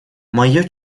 мое